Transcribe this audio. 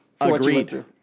Agreed